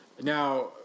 Now